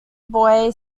boy